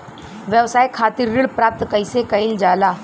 व्यवसाय खातिर ऋण प्राप्त कइसे कइल जाला?